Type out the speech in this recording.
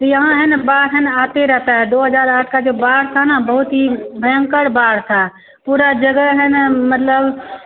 तो यहाँ है न बाढ़ है न आते ही रहेता है दो हज़ार आठ का जो बाढ़ था न बहुत ही भयंकर बाढ़ था पूरा जगह है न मतलब